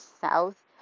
south